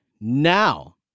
now